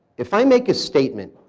if i make a statement,